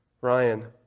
Ryan